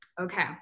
Okay